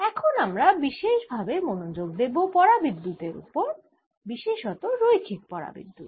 এখন আমরা বিশেষ ভাবে মনোযোগ দেব পরাবিদ্যুতের ওপর বিশেষত রৈখিক পরাবিদ্যুত